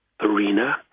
arena